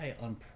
on